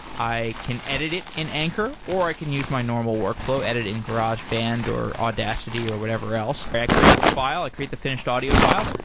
i can edit it in anchor or i can use my normal workflow, edit in garageband or audacity or whatever else. i i create the file, i create the finished audio file.